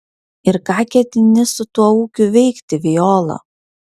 ir ką ketini su tuo ūkiu veikti viola